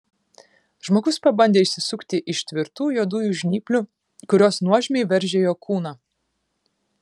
žmogus pabandė išsisukti iš tvirtų juodųjų žnyplių kurios nuožmiai veržė jo kūną